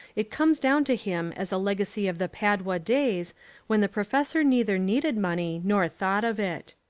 it comes down to him as a legacy of the padua days when the professor neither needed money nor thought of it.